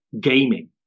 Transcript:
gaming